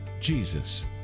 jesus